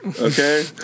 Okay